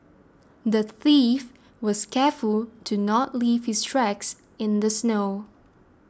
the thief was careful to not leave his tracks in the snow